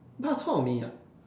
bak-chor-mee ya